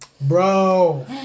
Bro